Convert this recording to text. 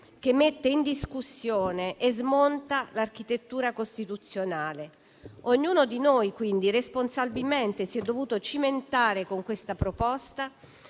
che mette in discussione e smonta l'architettura costituzionale. Ognuno di noi, quindi, si è dovuto responsabilmente cimentare con questa proposta